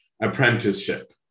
apprenticeship